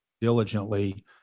diligently